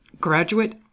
graduate